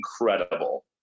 incredible